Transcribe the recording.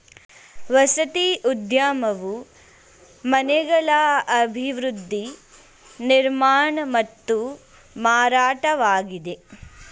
ವಸತಿ ಉದ್ಯಮವು ಮನೆಗಳ ಅಭಿವೃದ್ಧಿ ನಿರ್ಮಾಣ ಮತ್ತು ಮಾರಾಟವಾಗಿದೆ